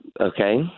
okay